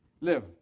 live